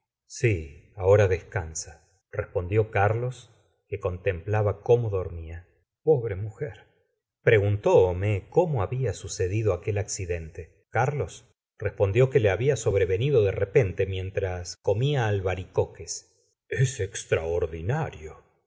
sí ahora descansa respondió carlos que contemplaba cómo dormia pobre muj er pobre mujer preguntó homais cómo babia sucedido aquel ac cidente carlos respondió que le babia sobrevenido de repente mientras comía albaricoques es extraordinario